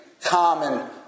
common